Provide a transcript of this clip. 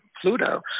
Pluto